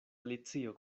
alicio